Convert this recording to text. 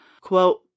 Quote